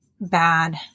bad